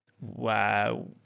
wow